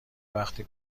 وقتی